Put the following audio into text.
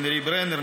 נרי ברנר,